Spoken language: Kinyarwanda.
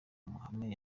amahame